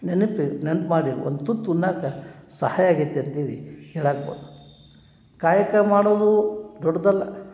ನೆನಪು ನೆನ್ಪು ಮಾಡಿ ಒಂದು ತುತ್ತು ಉಣ್ಣೋಕೆ ಸಹಾಯ ಆಗೈತಿ ಅಂಥೇಳಿ ಹೇಳೋಕೆ ಕಾಯಕ ಮಾಡೋದು ದೊಡ್ಡದಲ್ಲ